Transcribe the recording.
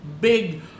big